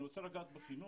הם מגיעים ב-15 בדצמבר.